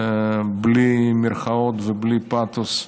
בלי מירכאות ובלי פאתוס,